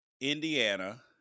Indiana